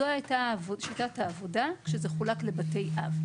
זו הייתה שיטת העבודה כשזה חולק לבתי אב.